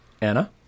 anna